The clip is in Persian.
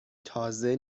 تازه